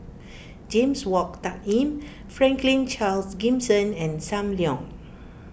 James Wong Tuck Yim Franklin Charles Gimson and Sam Leong